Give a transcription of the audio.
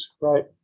right